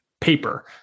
paper